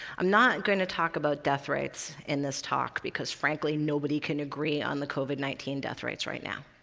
i'm not going to talk about death rates in this talk because, frankly, nobody can agree on the covid nineteen death rates right now.